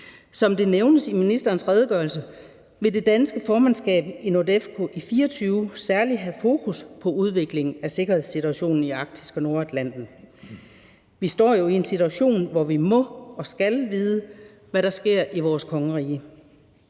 Som det nævnes i ministerens redegørelse, vil det danske formandskab af NORDEFCO i 2024 særlig have fokus på udviklingen af sikkerhedssituationen i Arktis og Nordatlanten. Vi står jo i en situation, hvor vi må og skal vide, hvad der sker i vores kongerige.